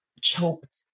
choked